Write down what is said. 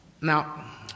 Now